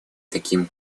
таким